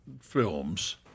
films